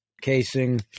casing